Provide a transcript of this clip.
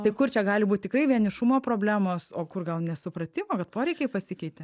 tai kur čia gali būt tikrai vienišumo problemos o kur gal nesupratimo kad poreikiai pasikeitė